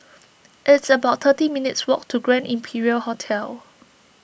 it's about thirty minutes' walk to Grand Imperial Hotel